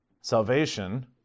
Salvation